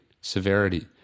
severity